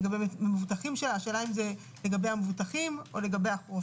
לגבי המבוטחים השאלה אם זה לגבי המבוטחים או הרופאים.